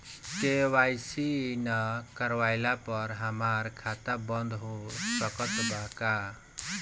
KYC ना करवाइला पर हमार खाता बंद हो सकत बा का?